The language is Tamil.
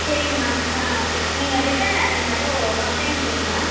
சரிங்க மேம் நீங்கள் ரிட்டன் லெட்டர் மட்டும் கம்பளைண்ட் கொடுங்க